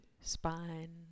spine